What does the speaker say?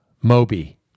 Moby